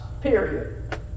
period